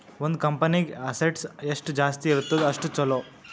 ಒಂದ್ ಕಂಪನಿಗ್ ಅಸೆಟ್ಸ್ ಎಷ್ಟ ಜಾಸ್ತಿ ಇರ್ತುದ್ ಅಷ್ಟ ಛಲೋ